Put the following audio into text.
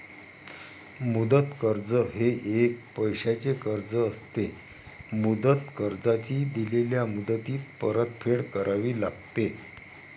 मुदत कर्ज हे एक पैशाचे कर्ज असते, मुदत कर्जाची दिलेल्या मुदतीत परतफेड करावी लागते